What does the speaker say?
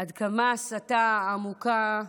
עד כמה ההסתה עמוקה,